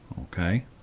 Okay